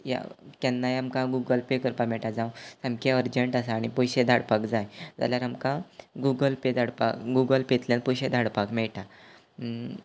या केन्नाय आमकां गुगल पे करपा मेळटा जावं सामकें अर्जंट आसा आनी पयशे धाडपाक जाय जाल्यार आमकां गुगल पे धाडपाक गुगल पेंतल्यान पयशे धाडपाक मेयटा